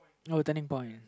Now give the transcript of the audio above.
oh turning point